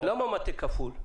למה מטה כפול?